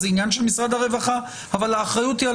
זה עניין של משרד הרווחה אבל האחריות היא על